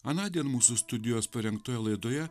anądien mūsų studijos parengtoje laidoje